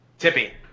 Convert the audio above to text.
Tippy